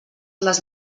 les